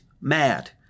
mad